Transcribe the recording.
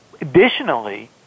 Additionally